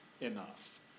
enough